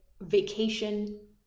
vacation